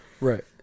right